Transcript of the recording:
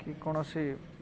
କି କୌଣସି